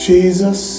Jesus